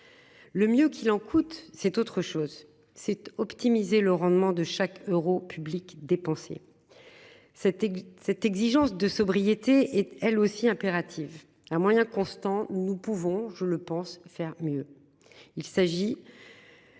Le mieux qu'il en coûte c'est autre chose c'est optimiser le rendement de chaque euro public dépensé. Cette, cette exigence de sobriété et elle aussi impérative à moyens constants. Nous pouvons, je le pense faire mieux. Il s'agit.